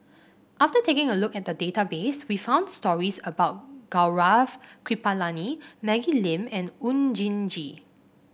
after taking a look at the database we found stories about Gaurav Kripalani Maggie Lim and Oon Jin Gee